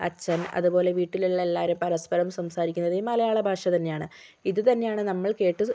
അച്ഛൻ അതുപോലെ വീട്ടിലുള്ള എല്ലാവരും പരസ്പരം സംസാരിക്കുന്നത് ഈ മലയാള ഭാഷ തന്നെയാണ് ഇത് തന്നെയാണ് നമ്മൾ കേട്ട്